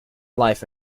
life